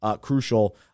crucial